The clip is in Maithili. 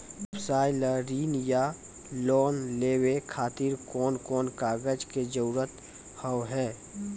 व्यवसाय ला ऋण या लोन लेवे खातिर कौन कौन कागज के जरूरत हाव हाय?